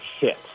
hit